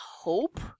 hope